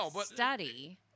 study